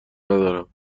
ندارم